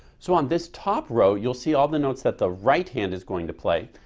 so on this top row you'll see all the notes that the right hand is going to play,